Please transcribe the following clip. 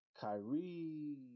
Kyrie